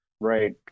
right